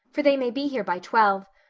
for they may be here by twelve.